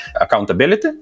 accountability